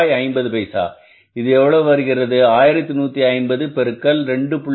5 இது எவ்வளவு வருகிறது அது 1150 பெருக்கல் 2